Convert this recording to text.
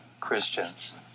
Christians